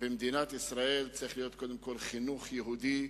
במדינת ישראל, צריך להיות קודם כול חינוך יהודי